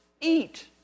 Eat